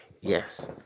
yes